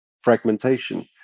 fragmentation